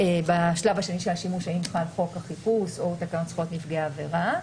חוק החיפוש בשלב השני של השימוש או תקנות זכויות נפגעי עבירה.